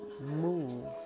move